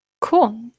Cool